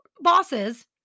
bosses